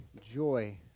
joy